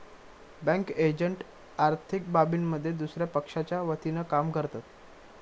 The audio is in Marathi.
बँक एजंट आर्थिक बाबींमध्ये दुसया पक्षाच्या वतीनं काम करतत